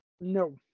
No